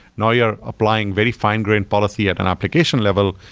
now you're applying very find-grained policy at an application level,